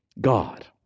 God